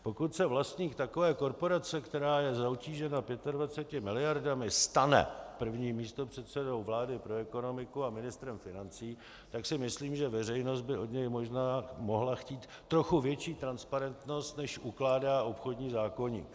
Pokud se vlastník takové korporace, která je zatížena 25 miliardami, stane prvním místopředsedou vlády pro ekonomiku a ministrem financí, tak si myslím, že veřejnost by od něj možná mohla chtít trochu větší transparentnost, než ukládá obchodní zákoník.